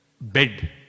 bed